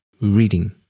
reading